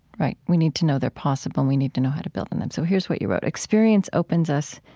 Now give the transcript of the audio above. right? we need to know they're possible. we need to know how to build on them. so here's what you wrote experience opens us,